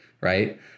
right